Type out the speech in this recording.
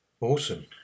Awesome